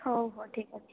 ହଉ ହଉ ଠିକ୍ ଅଛି